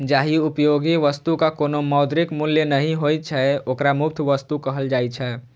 जाहि उपयोगी वस्तुक कोनो मौद्रिक मूल्य नहि होइ छै, ओकरा मुफ्त वस्तु कहल जाइ छै